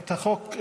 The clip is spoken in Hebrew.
החוק.